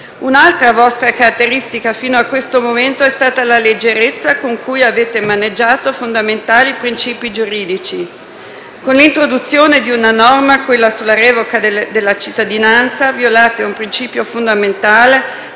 Un'altra vostra caratteristica fino a questo momento è stata la leggerezza con cui avete maneggiato fondamentali princìpi giuridici Con l'introduzione di una norma, quella sulla revoca della cittadinanza, violate un principio fondamentale